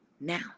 Now